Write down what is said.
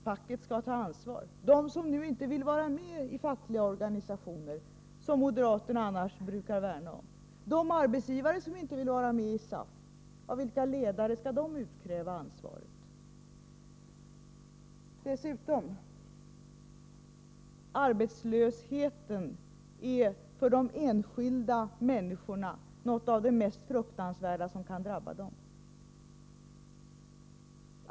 ”Facket skall ta ansvar.” De som nu inte vill vara med i fackliga organisationer, dem som moderaterna annars brukar värna om, de arbetsgivare som inte vill vara med i SAF — av vilka ledare skall de utkräva ansvaret? Arbetslösheten är dessutom för de enskilda människorna något av det mest fruktansvärda som kan drabba dem.